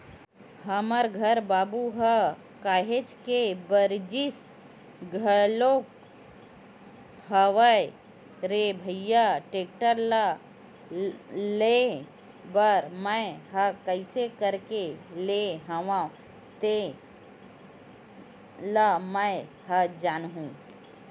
हमर घर बाबू ह काहेच के बरजिस घलोक हवय रे भइया टेक्टर ल लेय बर मैय ह कइसे करके लेय हव तेन ल मैय ह जानहूँ